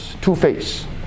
two-faced